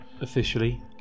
officially